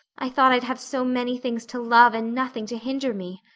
i thought i'd have so many things to love and nothing to hinder me.